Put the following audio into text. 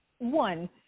One